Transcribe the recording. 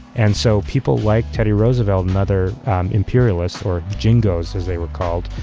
and so people like teddy roosevelt and other imperialists, or jingos, as they were called,